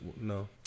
no